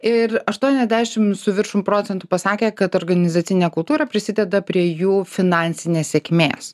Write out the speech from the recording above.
ir aštuoniasdešimt su viršum procentų pasakė kad organizacinė kultūra prisideda prie jų finansinės sėkmės